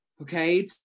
okay